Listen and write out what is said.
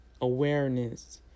awareness